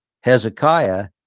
Hezekiah